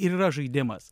ir yra žaidimas